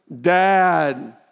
dad